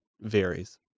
varies